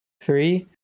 three